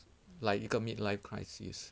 like 一个 mid life crisis